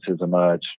emerge